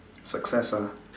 success ah